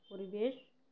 পরিবেশ